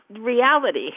reality